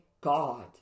God